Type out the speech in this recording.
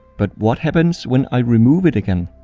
but what happens when i remove it again?